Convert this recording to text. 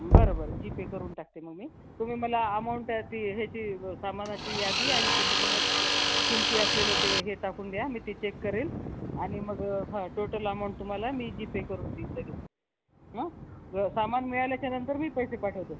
बरं बरं जीपे करून टाकते मग मी तुम्ही मला अमाऊंट ती ह्याची सामानाची यादी आणि त्याच्यासमोरचं किमती असलेलं ते हे टाकून द्या मी ते चेक करेल आणि मग हां टोटल अमाऊंट तुम्हाला मी जीपे करून देईल लगेच हं सामान मिळाल्याच्या नंतर मी पैसे पाठवतो